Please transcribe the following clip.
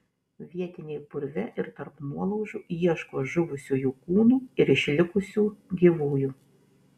vietiniai purve ir tarp nuolaužų ieško žuvusiųjų kūnų ir išlikusių gyvųjų